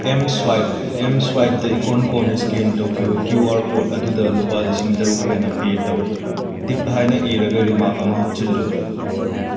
M swipe M ꯁ꯭ꯋꯥꯏꯞꯗ icon ꯀꯣꯟꯅ scan ꯇꯧꯈꯤꯕ ꯀ꯭ꯌꯨ ꯑꯥꯔ ꯀꯣꯗ ꯑꯗꯨꯗ ꯂꯨꯄꯥ ꯂꯤꯁꯤꯡ ꯇꯔꯨꯛ ꯍꯦꯟꯅ ꯄꯦ ꯇꯧ ꯇꯤꯞ ꯍꯥꯏꯅ ꯏꯔꯒ ꯔꯤꯃꯥꯛ ꯑꯃ ꯍꯥꯞꯆꯤꯜꯂꯨ